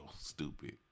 stupid